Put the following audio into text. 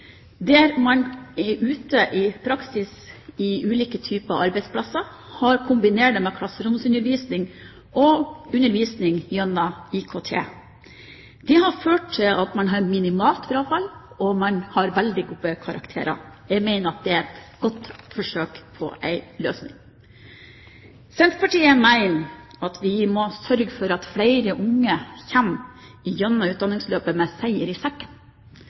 Der er man ute i praksis på ulike typer arbeidsplasser, og kombinerer det med klasseromsundervisning og undervisning gjennom IKT. Det har ført til at man har minimalt med frafall, og elevene har veldig gode karakterer. Jeg mener at det er et godt forsøk på en løsning. Senterpartiet mener at vi må sørge for at flere unge kommer gjennom utdanningsløpet med seier i sekken.